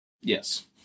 Yes